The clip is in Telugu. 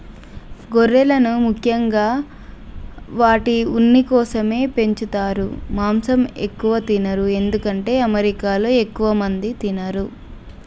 గొర్రెలను ముఖ్యంగా వాటి ఉన్ని కోసమే పెంచుతారు మాంసం ఎక్కువ తినరు ఎందుకంటే అమెరికాలో ఎక్కువ మంది తినరు